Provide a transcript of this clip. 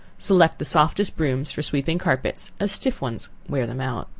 select the softest brooms for sweeping carpets, as stiff ones wear them out.